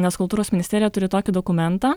nes kultūros ministerija turi tokį dokumentą